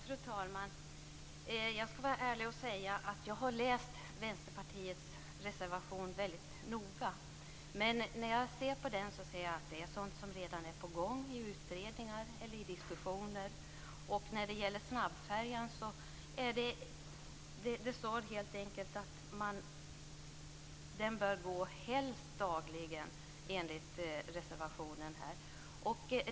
Fru talman! Jag skall vara ärlig och säga att jag har läst Vänsterpartiets reservation mycket noga. Men i den ser jag att det är sådant som redan är på gång i utredningar eller i diskussioner. När det gäller snabbfärjan står det helt enkelt i reservationen att den helst bör gå dagligen.